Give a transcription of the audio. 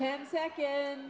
ten seconds